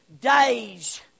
days